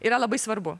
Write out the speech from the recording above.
yra labai svarbu